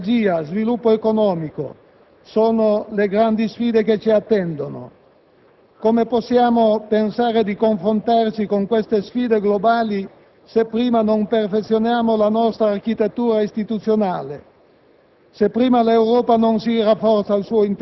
Sicurezza, ambiente, energia e sviluppo economico sono le grandi sfide che ci attendono. Come possiamo pensare di confrontarci con queste sfide globali se prima non perfezioniamo la nostra architettura istituzionale,